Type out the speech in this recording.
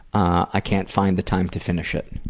i can't find the time to finish it.